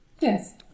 Yes